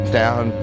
down